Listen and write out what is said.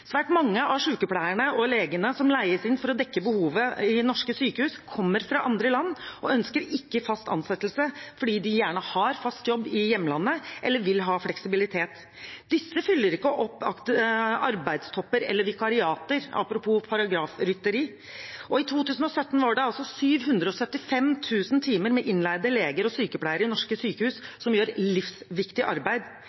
Svært mange av sykepleierne og legene som leies inn for å dekke behovet i norske sykehus, kommer fra andre land og ønsker ikke fast ansettelse fordi de gjerne har fast jobb i hjemlandet eller vil ha fleksibilitet. Disse fyller ikke opp arbeidstopper eller vikariater – apropos paragrafrytteri. I 2017 var det 775 000 timer med innleide leger og sykepleiere, som utfører livsviktig arbeid, i norske sykehus.